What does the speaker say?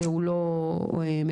הזה, גם